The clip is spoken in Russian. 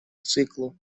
циклу